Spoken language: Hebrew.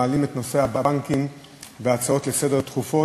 מעלים את נושא הבנקים בהצעות לסדר-היום דחופות.